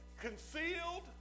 Concealed